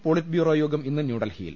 polit bureau യോഗം ഇന്ന് ന്യൂഡൽഹിയിൽ